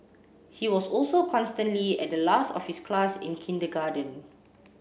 he was also constantly at the last of his class in kindergarten